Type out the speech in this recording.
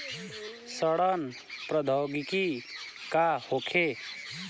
सड़न प्रधौगिकी का होखे?